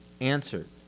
answered